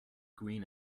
green